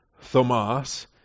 thomas